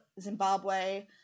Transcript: zimbabwe